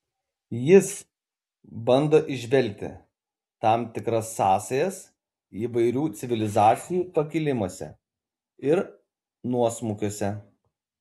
jis bando įžvelgti tam tikras sąsajas įvairių civilizacijų pakilimuose ir nuosmukiuose